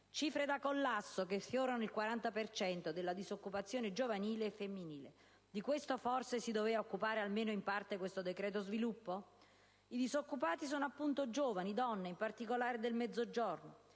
Cifre da collasso che sfiorano il 40 per cento della disoccupazione giovanile e femminile. Di questo, forse, si doveva occupare, almeno in parte, un decreto sullo sviluppo? I disoccupati sono appunto giovani, donne, in particolare del Mezzogiorno.